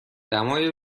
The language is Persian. دمای